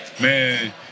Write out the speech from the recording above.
man